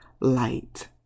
light